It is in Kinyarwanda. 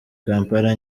kampala